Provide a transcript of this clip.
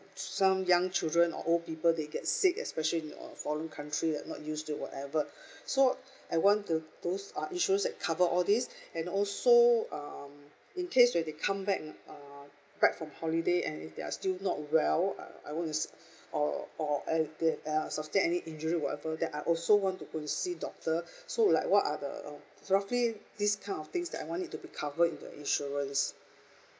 some young children or old people they get sick especially in a foreign country they not used to whatever so I want to those uh insurance that cover all these and also um in case when they come back uh back from holiday and if they are still not well uh I want to see or or and they are sustain any injury whatever that I also want to go and see doctor so like what are the roughly this kind of things that I want it to be cover in the insurance